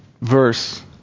verse